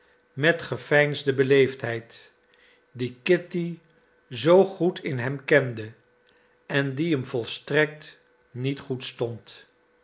met geveinsde beleefdheid die kitty zoo goed in hem kende en die hem volstrekt niet goed stond